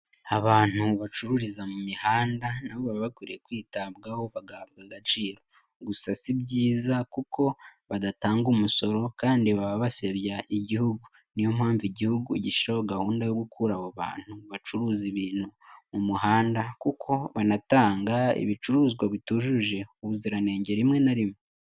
Abantu bacururiza mu mihanda na bo baba bakwiriye kwitabwaho bagahabwa agaciro. Gusa si byiza kuko badatanga umusoro kandi baba basebya igihugu. Ni yo mpamvu igihugu gishyiraho gahunda yo gukura abo bantu bacuruza ibintu mu muhanda kuko banatanga ibicuruzwa bitujuje ubuziranenge rimwe na rimwe.